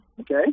Okay